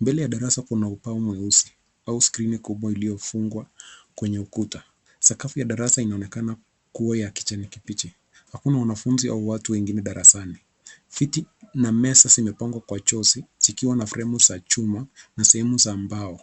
Mbele ya darasa kuna ubao mweusi au skirini kubwa iliyofungwa kwenye ukuta. Sakafu ya darasa inaonekana kuwa ya kijani kibichi. Hakuna wanafunzi au watu wengine darasani. Viti na meza zimepangwa kwa jozi zikiwa na fremu za chuma na sehemu za mbao.